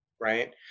right